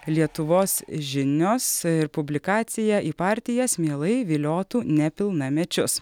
lietuvos žinios ir publikacija į partijas mielai viliotų nepilnamečius